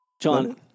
John